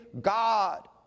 God